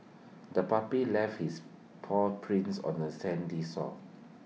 the puppy left its paw prints on the sandy shore